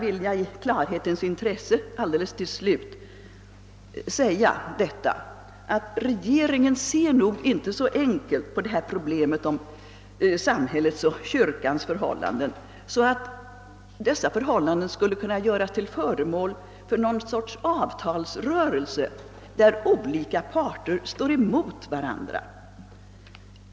I klarhetens intresse skulle jag till slut gärna vilja säga, att regeringen nog inte ser så enkelt på detta problem om förhållandet mellan samhället och kyrkan att detta skulle kunna göras till föremål för någon sorts avtalsrörelse, där olika parter står emot varandra.